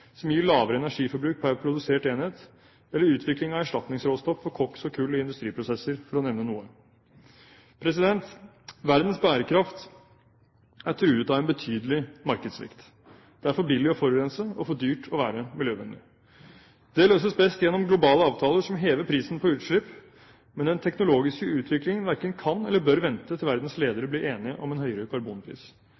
som gir lavere energiforbruk per produsert enhet, eller utvikling av erstatningsråstoff for koks og kull i industriprosesser – for å nevne noe. Verdens bærekraft er truet av en betydelig markedssvikt. Det er for billig å forurense og for dyrt å være miljøvennlig. Det løses best gjennom globale avtaler som hever prisen på utslipp, men den teknologiske utviklingen verken kan eller bør vente til verdens ledere